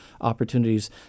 opportunities